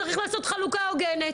צריך לעשות חלוקה הוגנת.